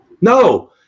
No